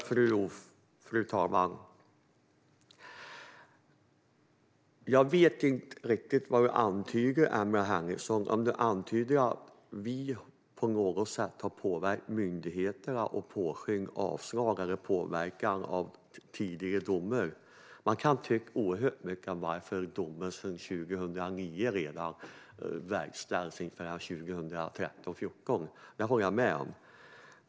Fru talman! Jag vet inte riktigt vad du antyder, Emma Henriksson. Antyder du att vi på något sätt har påverkat myndigheterna när det gäller avslag eller påverkan av tidigare domar? Man kan tycka oerhört mycket om varför domen 2009 verkställdes 2013, 2014 - det håller jag med om.